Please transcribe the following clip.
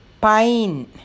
Pine